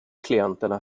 klienterna